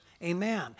Amen